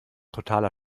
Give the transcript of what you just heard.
totaler